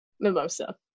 mimosa